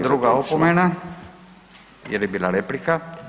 Druga opomena jer je bila replika.